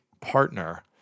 partner